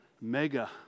Mega